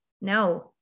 no